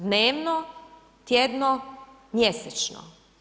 Dnevno, tjedno, mjesečno.